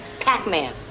Pac-Man